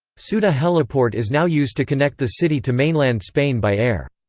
ceuta heliport is now used to connect the city to mainland spain by air.